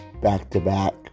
back-to-back